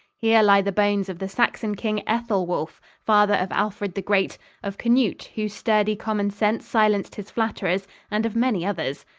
here lie the bones of the saxon king ethelwulf, father of alfred the great of canute, whose sturdy common sense silenced his flatterers and of many others.